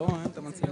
למה הוא אתגר?